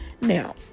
Now